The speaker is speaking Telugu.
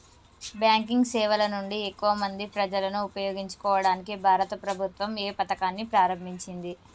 బ్యాంకింగ్ సేవల నుండి ఎక్కువ మంది ప్రజలను ఉపయోగించుకోవడానికి భారత ప్రభుత్వం ఏ పథకాన్ని ప్రారంభించింది?